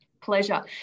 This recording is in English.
Pleasure